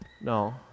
no